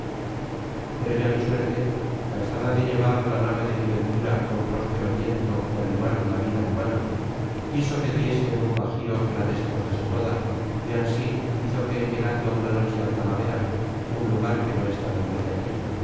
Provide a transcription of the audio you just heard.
pero ya mi suerte cansada de llevar la nave de mi ventura con próspero viento por el mar de la vida humana quiso que diese en un bajío que la destrozase toda y ansi hizo que en llegando una noche talavera un lugar que no está lejos de aquí